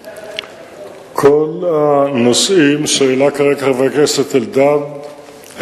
כל הנושאים שהעלה כרגע חבר הכנסת אלדד הם